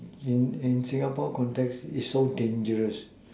in in Singapore context it's so dangerous